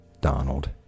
Donald